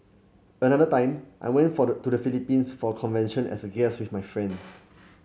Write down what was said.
another time I went for to the Philippines for a convention as a guest with my friend